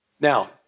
Now